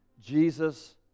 Jesus